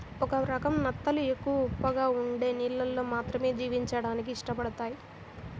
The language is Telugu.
ఒక రకం నత్తలు ఎక్కువ ఉప్పగా ఉండే నీళ్ళల్లో మాత్రమే జీవించడానికి ఇష్టపడతయ్